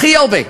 הכי הרבה,